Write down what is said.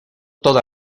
toda